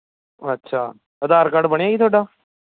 ਅੱਛਾ ਆਧਾਰ ਕਾਰਡ ਬਣਿਆ ਜੀ ਤੁਹਾਡਾ